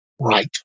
right